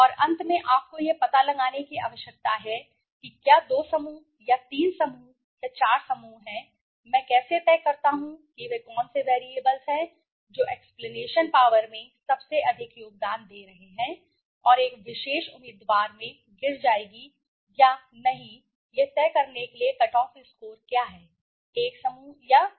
और अंत में आपको यह पता लगाने की आवश्यकता है कि क्या दो समूह या तीन समूह या चार समूह हैं मैं कैसे तय करता हूं कि वे कौन से चर हैं जो एक्सप्लनेशन पॉवर में सबसे अधिक योगदान दे रहे हैं और एक विशेष उम्मीदवार में गिर जाएगी या नहीं यह तय करने के लिए कट ऑफ स्कोर क्या है एक समूह या दूसरा